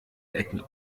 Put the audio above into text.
ecken